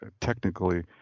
technically